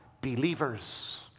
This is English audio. believers